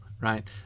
right